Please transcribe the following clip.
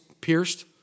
pierced